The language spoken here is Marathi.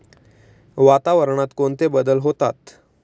वातावरणात कोणते बदल होतात?